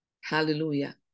Hallelujah